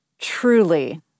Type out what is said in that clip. truly